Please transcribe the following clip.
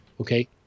Okay